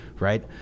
right